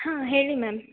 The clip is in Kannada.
ಹಾಂ ಹೇಳಿ ಮ್ಯಾಮ್